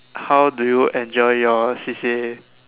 how do you enjoy your C_C_A